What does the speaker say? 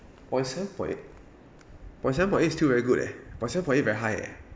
point seven point eight point seven point eight is still very good leh point seven point eight very high eh